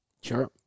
sure